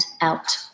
out